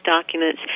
documents